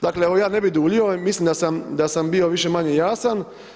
Dakle, evo, ja ne bi duljio, mislim da sam bio više-manje jasan.